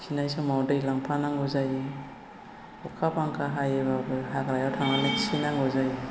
खिनाय समाव दै लांफानांगौ जायो अखा बांखा हायोबाबो हाग्रायाव थांनानै खिहैनांगौ जायो